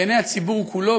בעיני הציבור כולו,